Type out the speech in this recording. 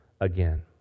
again